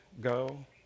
go